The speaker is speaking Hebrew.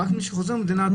רק מי שחוזר ממדינה אדומה.